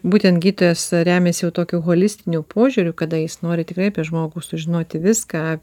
būtent gydytojas remiasi jau tokiu holistiniu požiūriu kada jis nori tikrai apie žmogų sužinoti viską